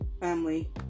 family